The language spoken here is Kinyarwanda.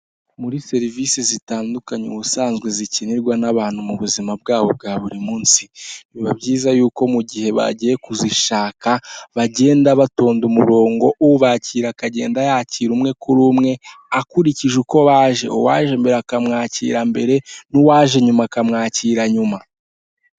Muri serivise zitandukanye ubusanzwe zikenerwa n'abantu mu buzima bwabo bwa buri munsi. Biba byiza yuko mu gihe bagiye kuzishaka bagenda batonda umurongo, ubakira akagenda yakira umwe kuri umwe akurikije uko baje, uwaje mbere akamwakira mbere n'uwaje nyuma akamwakira nyuma.